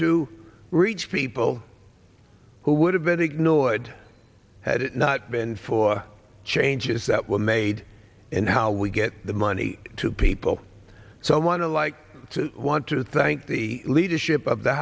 to reach people who would have been ignored had it not been for changes that were made and how we get the money to people so i want to like to want to thank the leadership of the